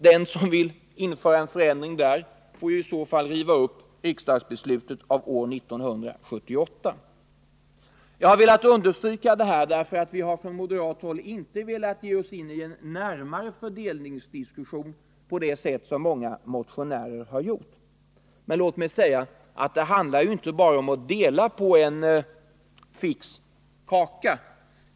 Den som vill införa en förändring får i så fall kräva att vi Jag vill understryka att vi från moderat håll inte har velat ge oss in i en Torsdagen den närmare diskussion om fördelningen på det sätt som många motionärer har — 13 mars 1980 gjort, men låt mig säga att det inte bara handlar om att dela på en fix kaka.